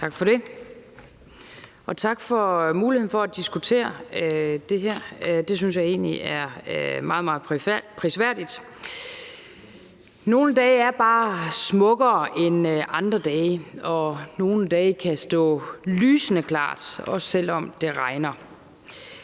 Tak for det. Og tak for muligheden for at diskutere det her, det synes jeg egentlig er meget, meget prisværdigt. Nogle dage er bare smukkere andre dage, og nogle dage kan stå lysende klart, også selv om det regner.